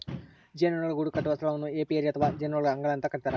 ಜೇನುನೊಣಗಳು ಗೂಡುಕಟ್ಟುವ ಸ್ಥಳವನ್ನು ಏಪಿಯರಿ ಅಥವಾ ಜೇನುನೊಣಗಳ ಅಂಗಳ ಅಂತ ಕರಿತಾರ